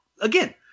again